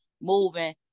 moving